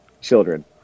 children